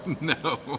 No